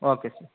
okay sir